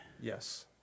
Yes